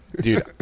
Dude